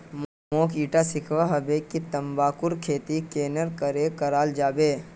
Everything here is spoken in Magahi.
मोक ईटा सीखवा हबे कि तंबाकूर खेती केरन करें कराल जाबे